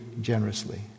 generously